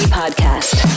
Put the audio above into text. podcast